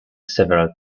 several